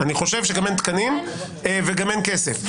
אני חושב שגם אין תקנים וגם אין כסף.